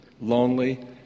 lonely